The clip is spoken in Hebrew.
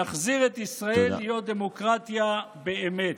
נחזיר את ישראל להיות דמוקרטיה באמת.